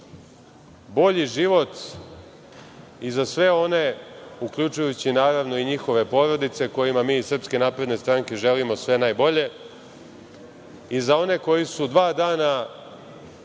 bolji život i za sve oni, uključujući, naravno, i njihove porodice kojima mi iz SNS želimo sve najbolje, i za one koji su dva dana